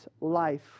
life